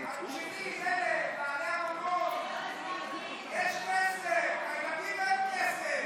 על-יסודי), התשפ"א 2021, לא נתקבלה.